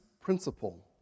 principle